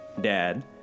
dad